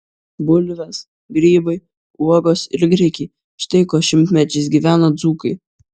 bulvės grybai uogos ir grikiai štai kuo šimtmečiais gyveno dzūkai